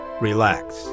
relax